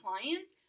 clients